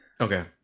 Okay